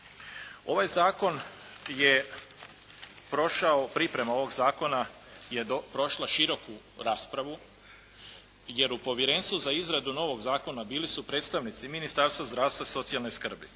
Ovaj zakon je prošao, priprema ovog zakona je prošla široku raspravu jer u povjerenstvu za izradu novog zakona bili su predstavnici Ministarstva zdravstva i socijalne skrbi,